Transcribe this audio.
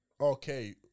Okay